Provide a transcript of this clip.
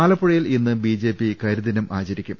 ആലപ്പുഴയിൽ ഇന്ന് ബിജെപി കരിദിനം ആചരിക്കും